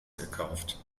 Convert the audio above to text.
gekauft